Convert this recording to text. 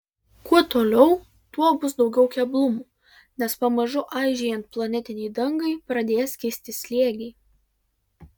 kuo toliau tuo bus daugiau keblumų nes pamažu aižėjant planetinei dangai pradės kisti slėgiai